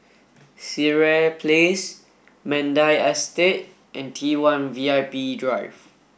Sireh Place Mandai Estate and T one V I P Drive